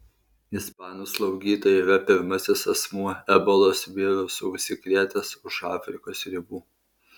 ispanų slaugytoja yra pirmasis asmuo ebolos virusu užsikrėtęs už afrikos ribų